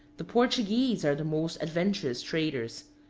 the portuguese are the most adventurous traders.